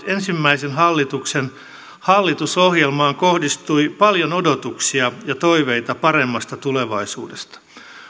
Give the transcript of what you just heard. ensimmäisen hallituksen hallitusohjelmaan kohdistui paljon odotuksia ja toiveita paremmasta tulevaisuudesta